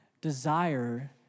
desire